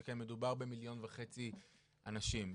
שכן מדובר במיליון וחצי אנשים.